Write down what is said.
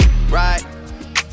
right